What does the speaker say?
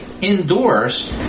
indoors